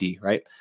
right